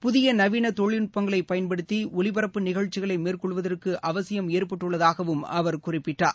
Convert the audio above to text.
புதிய நவீன தொழில்நுட்பங்களை பயன்படுத்தி ஒலிபரப்பு நிகழ்ச்சிகளை மேற்கொள்வதற்கு அவசியம் ஏற்பட்டுள்ளதாக அவர் குறிப்பிட்டார்